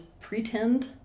pretend